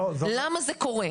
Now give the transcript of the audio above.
למה זה קורה?